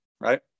right